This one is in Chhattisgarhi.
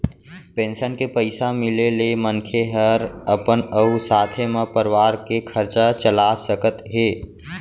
पेंसन के पइसा मिले ले मनखे हर अपन अउ साथे म परवार के खरचा चला सकत हे